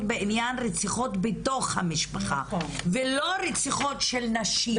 בעניין רציחות בתוך המשפחה ולא רציחות של נשים.